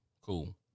Cool